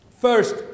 First